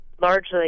largely